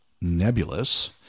nebulous